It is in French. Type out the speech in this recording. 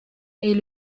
est